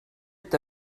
est